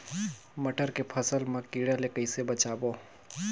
मटर के फसल मा कीड़ा ले कइसे बचाबो?